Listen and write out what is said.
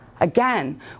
Again